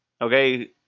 Okay